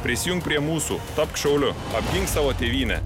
prisijunk prie mūsų tapk šauliu apgink savo tėvynę